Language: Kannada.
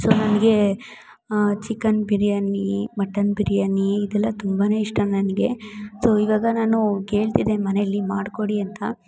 ಸೊ ನನಗೇ ಚಿಕನ್ ಬಿರ್ಯಾನಿ ಮಟನ್ ಬಿರ್ಯಾನಿ ಇದೆಲ್ಲ ತುಂಬ ಇಷ್ಟ ನನಗೆ ಸೋ ಇವಾಗ ನಾನು ಕೇಳ್ತಿದ್ದೆ ಮನೇಲಿ ಮಾಡಿಕೊಡಿ ಅಂತ